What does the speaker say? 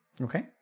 okay